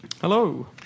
Hello